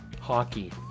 hockey